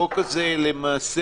החוק הזה מחייב